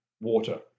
Water